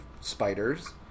spiders